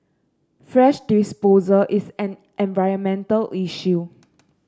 fresh disposal is an environmental issue